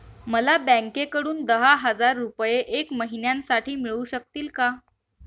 मला बँकेकडून दहा हजार रुपये एक महिन्यांसाठी मिळू शकतील का?